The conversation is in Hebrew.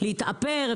להתאפר,